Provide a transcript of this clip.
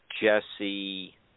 Jesse